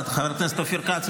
חבר הכנסת אופיר כץ,